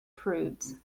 prudes